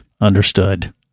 Understood